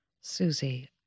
Susie